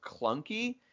clunky